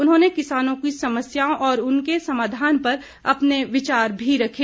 उन्होंने किसानों की समस्याओं और उसके समाधान पर अपने विचार भी रखे